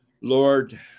Lord